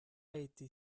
été